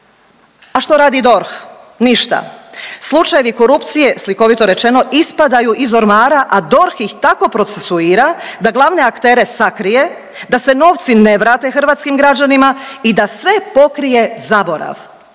A što radi DORH? Ništa, slučajevi korupcije, slikovito rečeno, ispadaju iz ormara, a DORH ih tako procesuira da glavne aktere sakrije, da se novi ne vrate hrvatskim građanima i da sve pokrije zaborav.